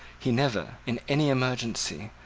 he never, in any emergency,